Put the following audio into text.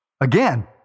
Again